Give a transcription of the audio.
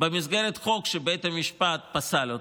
במסגרת חוק שבית המשפט פסל,